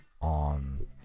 on